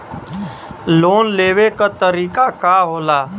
Loan लेवे क तरीकाका होला?